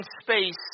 space